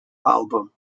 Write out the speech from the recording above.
album